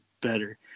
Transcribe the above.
better